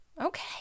okay